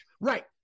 Right